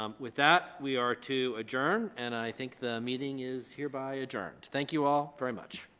um with that we are to adjourn, and i think the meeting is hereby adjourned. thank you all very much.